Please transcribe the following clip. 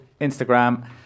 Instagram